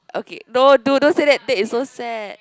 okay no dude don't say that that is so sad